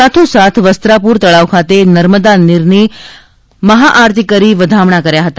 સાથો સાથ વસ્ત્રાપુર તળાવ ખાતે નર્મદા નીરના મહાઆરતી કરી વધામણા કર્યા હતા